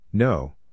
No